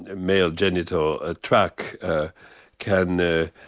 and male genital ah tract ah can ah